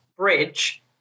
bridge